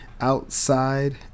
Outside